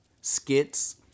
skits